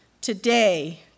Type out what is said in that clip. today